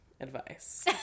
advice